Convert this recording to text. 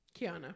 Kiana